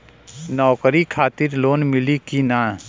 नौकरी खातिर लोन मिली की ना?